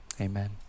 Amen